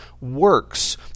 works